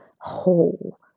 whole